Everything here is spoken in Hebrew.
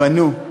בנו.